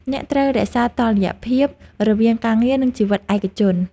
អ្នកត្រូវរក្សាតុល្យភាពរវាងការងារ និងជីវិតឯកជន ។